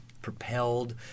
propelled